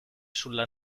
sulla